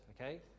Okay